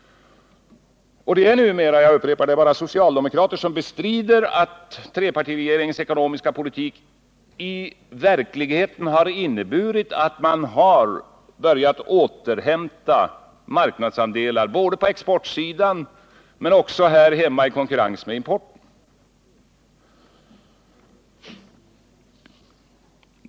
Och det är numera — jag upprepar det — bara socialdemokraterna som bestrider att trepartiregeringens ekonomiska politik i verkligheten inneburit att man har börjat återhämta marknadsandelar, både på exportsidan och även här hemma i konkurrens med importen.